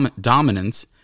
dominance